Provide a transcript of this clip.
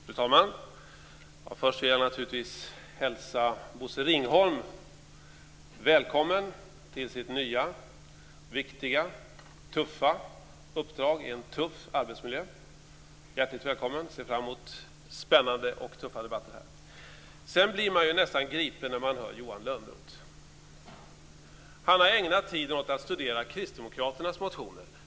Fru talman! Först vill jag naturligtvis hälsa Bosse Ringholm välkommen till sitt nya, viktiga, tuffa uppdrag i en tuff arbetsmiljö. Hjärtligt välkommen! Jag ser fram emot spännande och tuffa debatter. Jag blir nästan gripen när jag hör Johan Lönnroth. Han har ägnat sin tid åt att studera kristdemokraternas motioner.